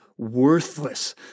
worthless